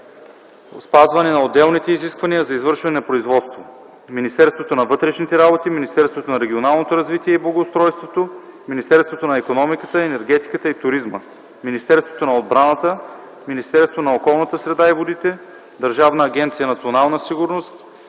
спазване на отделните изисквания за извършване на производство – Министерството на вътрешните работи, Министерството на регионалното развитие и благоустройството, Министерството на икономиката, енергетиката и туризма, Министерството на отбраната, Министерството на околната среда и водите, Държавна агенция “Национална сигурност”